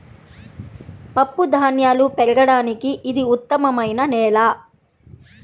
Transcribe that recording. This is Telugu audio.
పప్పుధాన్యాలు పెరగడానికి ఇది ఉత్తమమైన నేల